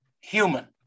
Human